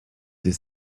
dès